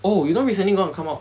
oh you know recently gonna come out